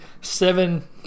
seven